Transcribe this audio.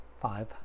Five